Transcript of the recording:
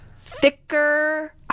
thicker